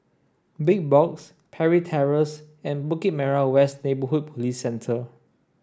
Big Box Parry Terrace and Bukit Merah West Neighbourhood Police Centre